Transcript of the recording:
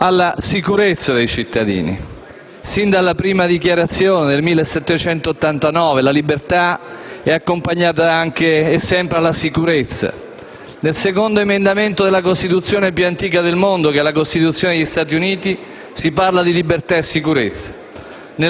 alla sicurezza dei cittadini. Sin dalla Dichiarazione del 1789, la libertà è accompagnata anche e sempre dalla sicurezza. Nel secondo emendamento della Costituzione più antica del mondo, quella degli Stati Uniti, si parla di libertà e sicurezza.